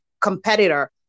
competitor